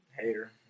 Hater